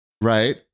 right